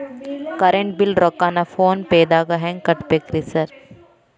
Current bill ರೊಕ್ಕಾನ phone ಪೇದಾಗ ಹೆಂಗ್ ಕಟ್ಟಬೇಕ್ರಿ ಸರ್?